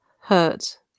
hurt